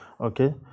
Okay